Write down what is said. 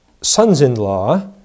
sons-in-law